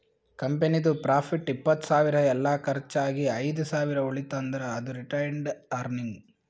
ಕಂಪನಿದು ಪ್ರಾಫಿಟ್ ಇಪ್ಪತ್ತ್ ಸಾವಿರ ಎಲ್ಲಾ ಕರ್ಚ್ ಆಗಿ ಐದ್ ಸಾವಿರ ಉಳಿತಂದ್ರ್ ಅದು ರಿಟೈನ್ಡ್ ಅರ್ನಿಂಗ್